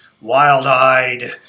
wild-eyed